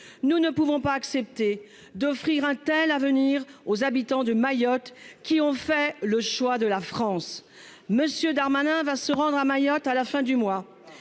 Nous ne pouvons pas accepter d'offrir un tel avenir aux habitants de Mayotte, qui ont fait le choix de la France. Monsieur Darmanin va se rendre à Mayotte, à la fin du mois.